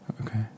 Okay